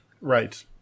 right